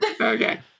Okay